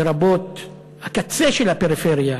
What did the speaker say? לרבות הקצה של הפריפריה,